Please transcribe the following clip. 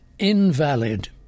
invalid